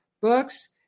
books